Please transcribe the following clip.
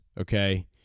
okay